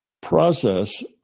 process